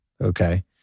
Okay